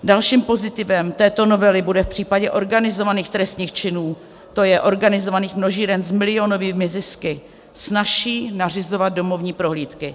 Dalším pozitivem této novely bude v případě organizovaných trestných činů, to je organizovaných množíren s milionovými zisky, snazší nařizovat domovní prohlídky.